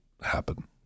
happen